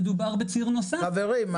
מדובר בציר נוסף --- חברים,